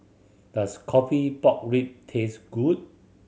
does coffee pork rib taste good